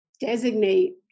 designate